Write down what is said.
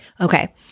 Okay